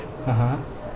(uh huh)